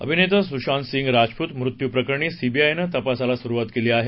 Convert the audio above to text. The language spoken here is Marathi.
अभिनेता सुशांतसिंह राजपूत मृत्यू प्रकरणी सीबीआयनं तपासाला सुरुवात केली आहे